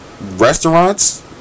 restaurants